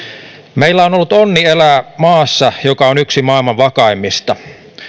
meillä on ollut onni elää maassa joka on yksi maailman vakaimmista